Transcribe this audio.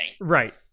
Right